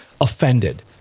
offended